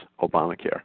Obamacare